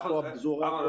אפרופו פזורה.